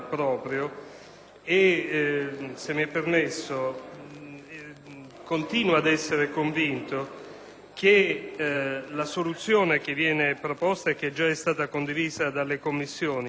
continuo ad essere convinto che la soluzione che viene proposta e che già è stata condivisa dalle Commissioni sia quella di maggiore equilibrio.